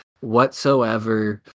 whatsoever